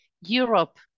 Europe